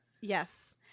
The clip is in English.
yes